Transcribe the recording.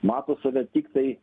mato save tiktai